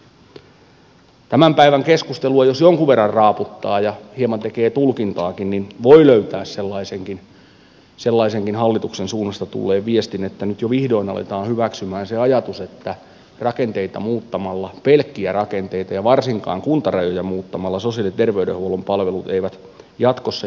jos tämän päivän keskustelua jonkun verran raaputtaa ja hieman tekee tulkintaakin voi löytää sellaisenkin hallituksen suunnasta tulleen viestin että nyt jo vihdoin aletaan hyväksyä se ajatus että rakenteita muuttamalla pelkkiä rakenteita ja varsinkaan kuntarajoja muuttamalla sosiaali ja terveydenhuollon palvelut eivät jatkossa järjesty